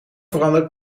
veranderd